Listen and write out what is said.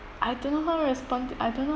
I don't know how respond to I don't know